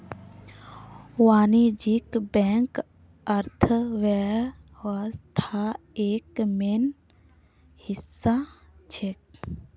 वाणिज्यिक बैंक अर्थव्यवस्थार एक मेन हिस्सा छेक